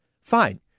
Fine